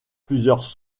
plusieurs